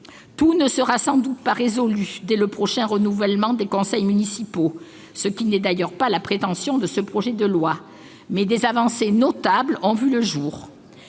Tout ne sera sans doute pas résolu dès le prochain renouvellement des conseils municipaux- ce n'est d'ailleurs pas la prétention des promoteurs de ce projet de loi -, mais des avancées notables ont vu le jour.